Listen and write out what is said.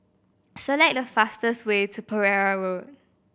select the fastest way to Pereira Road